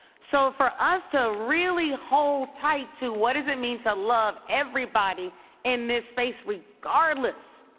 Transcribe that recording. so for us to really hold tight to what does it mean to love everybody in this space, regardless,